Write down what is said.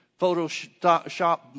Photoshop